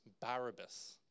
Barabbas